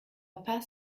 pas